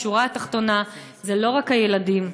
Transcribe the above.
השורה התחתונה זה לא רק הילדים,